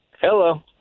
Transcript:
Hello